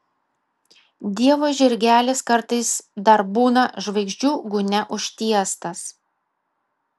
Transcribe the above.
dievo žirgelis kartais dar būna žvaigždžių gūnia užtiestas